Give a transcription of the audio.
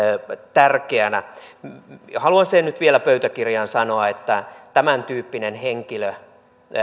tärkeänä haluan sen nyt vielä pöytäkirjaan sanoa että tämäntyyppinen henkilö